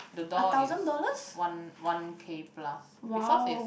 the door is one one K plus because is